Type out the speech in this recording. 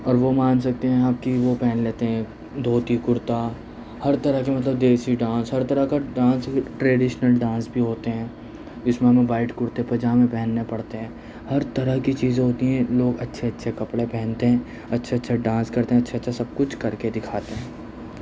اور وہ مان سکتے ہیں آپ کہ وہ پہن لیتے ہیں دھوتی کرتا ہر طرح کا مطلب دیسی ڈانس ہر طرح کا ڈانس ٹریڈشنل ڈانس بھی ہوتے ہیں جس میں وہ وائٹ کرتے پاجامے پہننے پڑتے ہیں ہر طرح کی چیزیں ہوتی ہیں لوگ اچھے اچھے کپڑے پہنتے ہیں اچھے اچھے ڈانس کرتے ہیں اچھے اچھے سب کچھ کرکے دکھاتے ہیں